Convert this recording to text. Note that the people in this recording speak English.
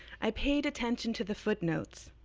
i paid attention to the footnotes,